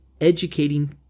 educating